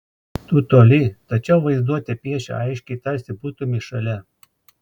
tu toli tačiau vaizduotė piešia aiškiai tarsi būtumei šalia